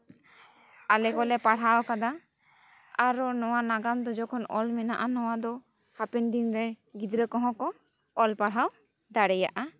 ᱟᱞᱮ ᱠᱚᱞᱮ ᱯᱟᱲᱦᱟᱣ ᱠᱟᱫᱟ ᱟᱨ ᱱᱚᱣᱟ ᱱᱟᱜᱟᱢ ᱫᱚ ᱡᱚᱠᱷᱚᱱ ᱚᱞ ᱢᱮᱱᱟᱜᱼᱟ ᱱᱚᱣᱟ ᱫᱚ ᱦᱟᱯᱮᱱ ᱫᱤᱱᱨᱮ ᱜᱤᱫᱽᱨᱟᱹ ᱠᱚᱦᱚᱸ ᱠᱚ ᱚᱞ ᱯᱟᱲᱦᱟᱣ ᱫᱟᱲᱮᱭᱟᱜᱼᱟ